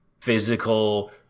physical